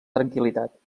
tranquil·litat